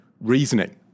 reasoning